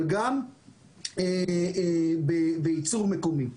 אבל גם בייצור מקומי.